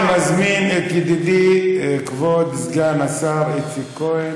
אני מזמין את ידידי כבוד סגן השר איציק כהן,